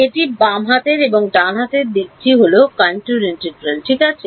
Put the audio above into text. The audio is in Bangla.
এটি বাম হাতের এবং ডান হাতের দিকটি হল কনট্যুর ইন্টিগ্রাল ঠিক আছে